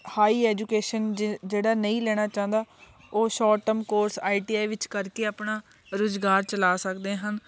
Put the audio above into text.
high education ਜਿ ਜਿਹੜਾ ਨਹੀਂ ਲੈਣਾ ਚਾਹੁੰਦਾ ਉਹ short term course I T I ਵਿੱਚ ਕਰਕੇ ਆਪਣਾ ਰੁਜ਼ਗਾਰ ਚਲਾ ਸਕਦੇ ਹਨ